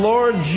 Lord